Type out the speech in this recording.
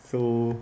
so